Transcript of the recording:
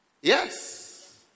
Yes